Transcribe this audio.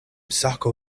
sako